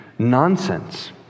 nonsense